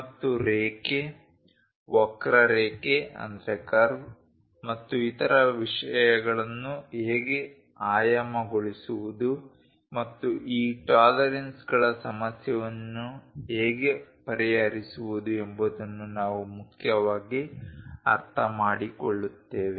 ಮತ್ತು ರೇಖೆ ವಕ್ರರೇಖೆ ಮತ್ತು ಇತರ ವಿಷಯಗಳನ್ನು ಹೇಗೆ ಆಯಾಮಗೊಳಿಸುವುದು ಮತ್ತು ಈ ಟಾಲರೆನ್ಸ್ಗಳ ಸಮಸ್ಯೆಯನ್ನು ಹೇಗೆ ಪರಿಹರಿಸುವುದು ಎಂಬುದನ್ನು ನಾವು ಮುಖ್ಯವಾಗಿ ಅರ್ಥಮಾಡಿಕೊಳ್ಳುತ್ತೇವೆ